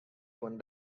one